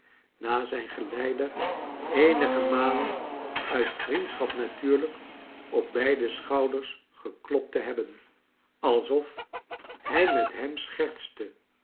na zijn geleider eenige malen nit viiendschap natuurlijk op beide schouders geklopt te hebben alsof hij met hem